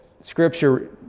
Scripture